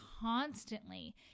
constantly